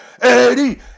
Eddie